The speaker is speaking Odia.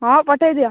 ହଁ ପଠେଇ ଦିଅ